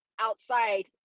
outside